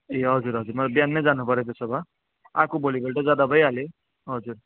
ए हजुर हजुर म बिहानै जानुपऱ्यो त्यसो भए आएको भोलिपल्ट जाँदा भइहाल्यो हजुर